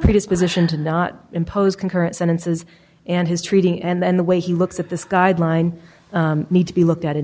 predisposition to not impose concurrent sentences and his treating and the way he looks at this guideline need to be looked at in